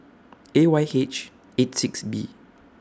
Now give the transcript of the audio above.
A Y H eight six B